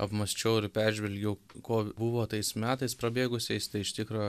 apmąsčiau ir peržvelgiau ko buvo tais metais prabėgusiais tai iš tikro